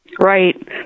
Right